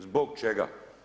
Zbog čega?